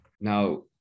now